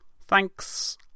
Thanks